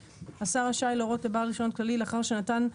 השר רשאי להורות לבעל רישיון כללי, לאחר שנתן לו